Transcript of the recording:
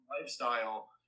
lifestyle